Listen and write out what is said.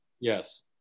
yes